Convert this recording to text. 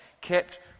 kept